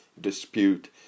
dispute